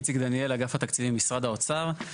איציק דניאל, אגף התקציבים, משרד האוצר.